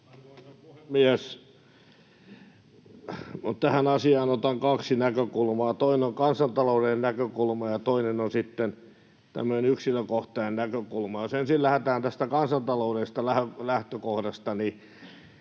Arvoisa puhemies! Tähän asiaan otan kaksi näkökulmaa. Toinen on kansantaloudellinen näkökulma, ja toinen on sitten tämmöinen yksilökohtainen näkökulma. Jos ensin lähdetään tästä kansantaloudellisesta lähtökohdasta,